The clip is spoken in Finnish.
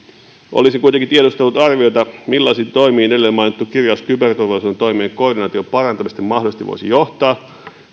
olisin kuitenkin tiedustellut arviota millaisiin toimiin edellä mainittu kirjaus kyberturvallisuuden toimien koordinaation parantamisesta mahdollisesti voisi johtaa